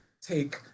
take